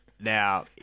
Now